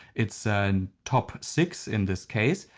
it's a and top six in this case.